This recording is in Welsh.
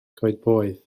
coedpoeth